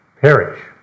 perish